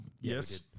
Yes